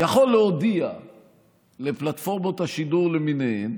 יכול להודיע לפלטפורמות השידור למיניהן